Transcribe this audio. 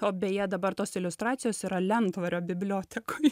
o beje dabar tos iliustracijos yra lentvario bibliotekoj